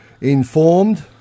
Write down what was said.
informed